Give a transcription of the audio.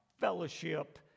fellowship